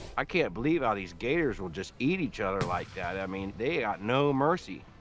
i can't believe how these gators will just eat each other like that. i mean, they got no mercy.